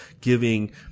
giving